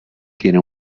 tiene